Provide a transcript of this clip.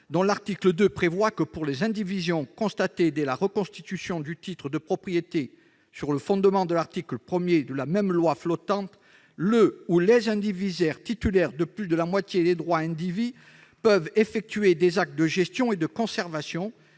dont l'article 2 prévoit que, pour les indivisions constatées dès la reconstitution du titre de propriété sur le fondement de l'article 1 de la même loi flottante, le ou les indivisaires titulaires de plus de la moitié des droits indivis peuvent effectuer des actes de gestion et de conservation,